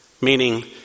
Meaning